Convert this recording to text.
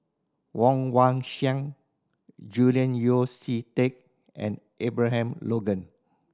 Woon Wah Siang Julian Yeo See Teck and Abraham Logan